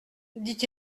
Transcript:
dit